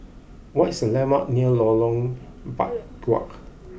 what is the landmarks near Lorong Biawak